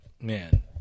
man